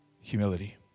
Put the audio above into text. Humility